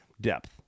depth